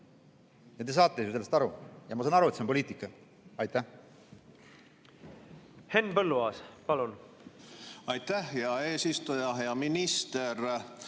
Te saate ju sellest aru. Jah, ma saan aru, et see on poliitika. Aitäh!